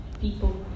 people